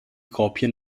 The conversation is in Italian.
copie